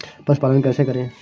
पशुपालन कैसे करें?